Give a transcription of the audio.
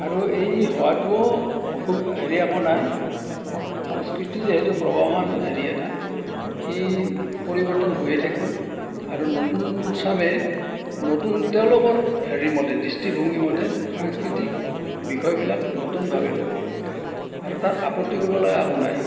আৰু এই হোৱাটোও হেৰি একো নাই সং সং সংস্কৃতি যিহেতু প্ৰৱহমান হেৰি এটা ই পৰিৱৰ্তন হৈয়ে থাকিব আৰু নতুন চামে নতুন তেওঁলোকৰ হেৰি মতে দৃষ্টিভংগী মতে সাংস্কৃতিক বিষয়বিলাক নতুনভাৱে ল'ব আৰু তাত আপত্তি কৰিব লগা একো নাই